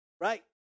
right